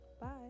Bye